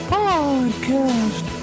podcast